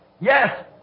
Yes